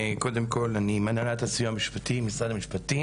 אני מהנהלת הסיוע המשפטי במשרד המשפטים